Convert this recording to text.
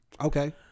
Okay